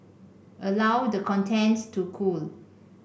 allow the contents to cool